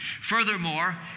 Furthermore